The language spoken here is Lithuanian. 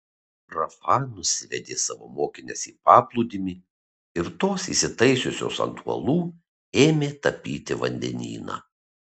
rafa nusivedė savo mokines į paplūdimį ir tos įsitaisiusios ant uolų ėmė tapyti vandenyną